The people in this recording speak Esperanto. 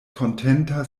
kontenta